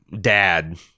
dad